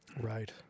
right